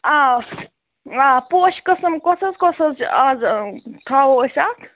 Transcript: آ آ پوشہِ قٕسٕم کُس حظ کُس حظ چھِ آز تھاوو أسۍ اَتھ